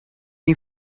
you